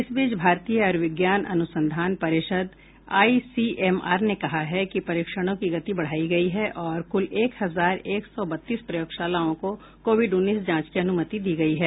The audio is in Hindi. इस बीच भारतीय आयुर्विज्ञान अनुसंधान परिषद आईसीएमआर ने कहा है कि परीक्षणों की गति बढ़ाई गई है और कुल एक हजार एक सौ बत्तीस प्रयोगशालाओं को कोविड उन्नीस जांच की अनुमति दी गई है